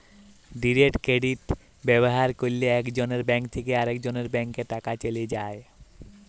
direct credit ব্যাভার ক্যরলে একজলের ব্যাংক থ্যাকে আরেকজলের ব্যাংকে টাকা চ্যলে যায়